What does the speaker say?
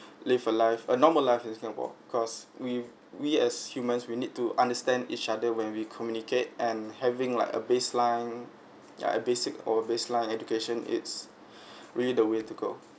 live a life a normal life in singapore cause we we as humans we need to understand each other when we communicate and having like a baseline ya at basic or baseline education it's really the way to go